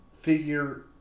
figure